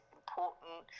important